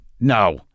no